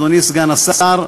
אדוני סגן השר,